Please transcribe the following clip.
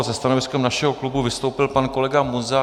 Se stanoviskem našeho klubu vystoupil pan kolega Munzar.